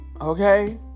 Okay